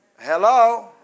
Hello